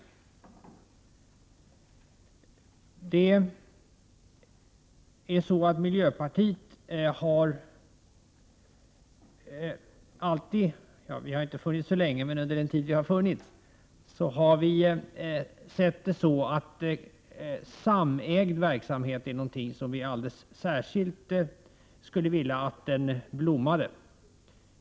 Under den tid som miljöpartiet har existerat har vi ansett att samägd verksamhet är någonting som vi särskilt skulle vilja se blomstra.